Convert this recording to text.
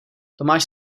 tomáš